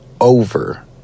over